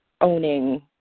owning